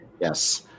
Yes